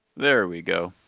there we go,